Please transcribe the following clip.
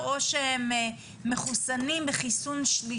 איך אתם רואים את המציאות קדימה עם סרבני חיסון ובדיקות?